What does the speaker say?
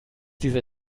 diese